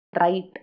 Right